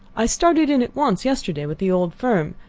i started in at once yesterday with the old firm.